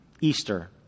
Easter